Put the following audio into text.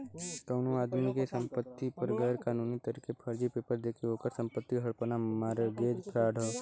कउनो आदमी के संपति पर गैर कानूनी तरीके फर्जी पेपर देके ओकर संपत्ति हड़पना मारगेज फ्राड हौ